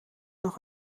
nog